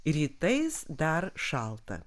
rytais dar šalta